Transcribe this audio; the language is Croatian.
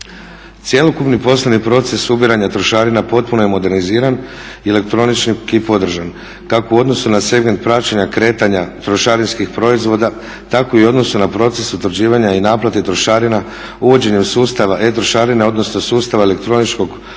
Cjelokupni poslovni proces ubiranja trošarina potpuno je moderniziran i elektronički podržan kako u odnosu na segment praćenja kretanja trošarinskih proizvoda tako i u odnosu na proces utvrđivanja i naplate trošarina uvođenjem sustava e-trošarine odnosno sustava elektroničkog podnošenja